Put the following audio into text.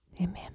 Amen